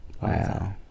Wow